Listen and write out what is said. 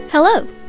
Hello